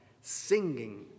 singing